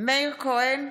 מאיר כהן,